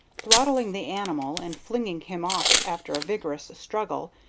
throttling the animal and flinging him off after a vigorous struggle,